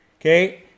okay